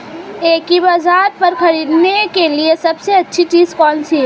एग्रीबाज़ार पर खरीदने के लिए सबसे अच्छी चीज़ कौनसी है?